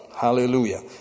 Hallelujah